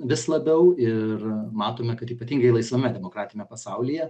vis labiau ir matome kad ypatingai laisvame demokratiame pasaulyje